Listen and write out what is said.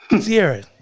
Sierra